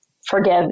forgive